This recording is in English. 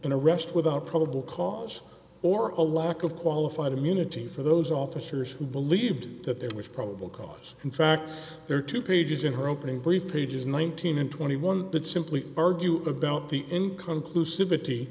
a rest without probable cause or a lock of qualified immunity for those officers who believed that there was probable cause in fact there are two pages in her opening brief pages one thousand and twenty one that simply argue about the in conclusive b